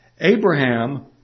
Abraham